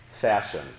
fashion